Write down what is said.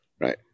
right